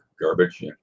garbage